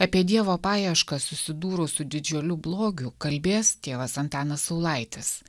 apie dievo paieškas susidūrus su didžiuliu blogiu kalbės tėvas antanas saulaitis